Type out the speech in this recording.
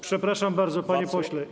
Przepraszam bardzo, panie pośle.